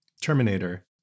Terminator